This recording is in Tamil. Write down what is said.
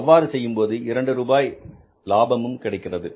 அவ்வாறு செய்யும்போது இரண்டு ரூபாய் லாபம் கிடைக்கிறது